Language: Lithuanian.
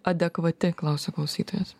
adekvati klausia klausytojas